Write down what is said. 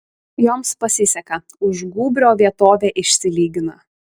joms pasiseka už gūbrio vietovė išsilygina